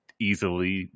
easily